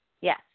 Yes